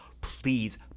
please